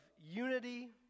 unity